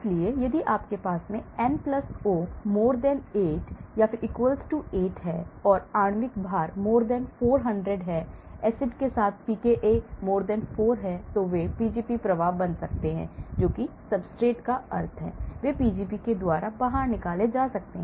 इसलिए यदि आपके पास N O 8 या 8 और आणविक भार 400 एसिड के साथ pKa 4 है तो वे Pgp प्रवाह बन सकते हैं जो कि सब्सट्रेट का अर्थ है वे Pgp द्वारा बाहर निकाल सकते हैं